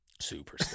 super